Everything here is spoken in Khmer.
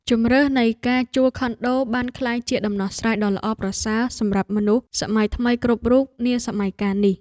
ជម្រើសនៃការជួលខុនដូបានក្លាយជាដំណោះស្រាយដ៏ល្អប្រសើរសម្រាប់មនុស្សសម័យថ្មីគ្រប់រូបនាសម័យកាលនេះ។